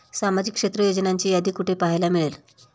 सामाजिक क्षेत्र योजनांची यादी कुठे पाहायला मिळेल?